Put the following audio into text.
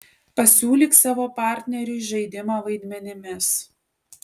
pasiūlyk savo partneriui žaidimą vaidmenimis